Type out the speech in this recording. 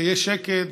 ויהיה שקט,